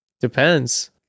Depends